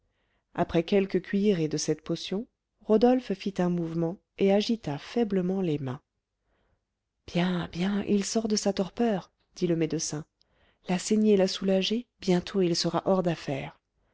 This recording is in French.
après quelques cuillerées de cette potion rodolphe fit un mouvement et agita faiblement les mains bien bien il sort de sa torpeur dit le médecin la saignée l'a soulagé bientôt il sera hors d'affaire